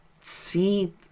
see